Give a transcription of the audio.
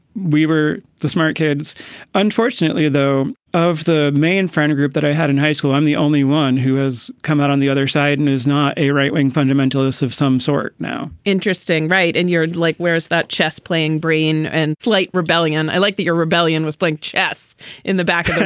we were the smart kids unfortunately, though, of the main front group that i had in high school, i'm the only one who has come out on the other side and is not a right wing fundamentalists of some sort now, interesting, right. and you're like, where's that chess playing brain and flight rebellion? i like the rebellion was playing chess in the back.